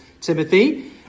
Timothy